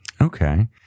Okay